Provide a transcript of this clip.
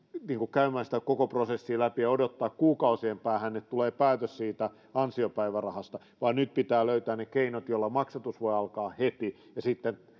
käymään sitä koko prosessia läpi ja odottamaan kuukausien päähän että tulee päätös siitä ansiopäivärahasta vaan nyt pitää löytää ne keinot joilla maksatus voi alkaa heti ja sitten